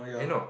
eh no